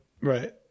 Right